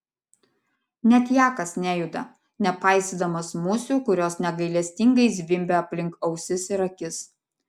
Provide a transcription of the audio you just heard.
net jakas nejuda nepaisydamas musių kurios negailestingai zvimbia aplink ausis ir akis